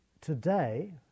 today